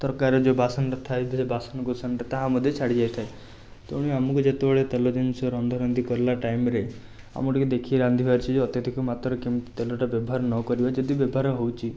ତରକାରୀର ଯେଉଁ ବାସନଟା ଥାଏ ବାସନକୁସନଟା ତାହା ମଧ୍ୟ ଛାଡ଼ି ଯାଇଥାଏ ତେଣୁ ଆମକୁ ଯେତେବେଳେ ତେଲ ଜିନିଷ ରନ୍ଧାରନ୍ଧି କଲା ଟାଇମ୍ରେ ଆମକୁ ଟିକିଏ ଦେଖିକି ରାନ୍ଧିବା ଅଛି ଯେ ଅତ୍ୟଧିକ ମାତ୍ରାରେ କେମିତି ତେଲଟା ବ୍ୟବହାର ନକରିବା ଯଦି ବ୍ୟବହାର ହେଉଛି